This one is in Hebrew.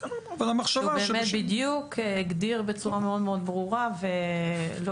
זה בדיוק הגדיר בצורה מאוד ברורה ולא